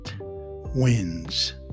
wins